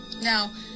Now